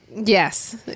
Yes